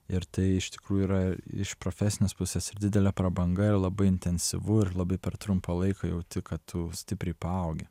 ir tai iš tikrųjų yra iš profesinės pusės ir didelė prabanga ir labai intensyvu ir labai per trumpą laiką jauti kad tu stipriai paaugi